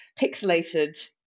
pixelated